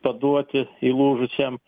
paduoti įlūžusiam